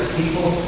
people